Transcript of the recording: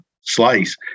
slice